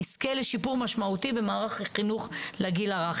נזכה לשיפור משמעותי במערך החינוך לגיל הרך.